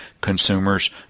Consumers